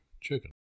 chicken